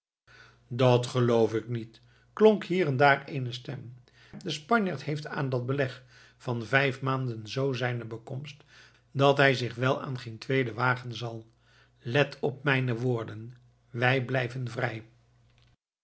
dat geloof ik niet klonk hier en daar eene stem de spanjaard heeft aan dat beleg van vijf maanden z zijne bekomst dat hij zich wel aan geen tweede wagen zal let op mijne woorden wij blijven vrij